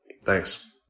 Thanks